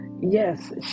Yes